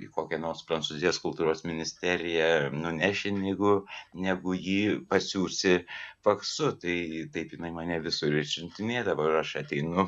į kokią nors prancūzijos kultūros ministeriją nuneši negu negu jį pasiųsi faksu tai taip jinai mane visur ir suntinėdavo ir aš ateinu